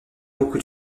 beaucoup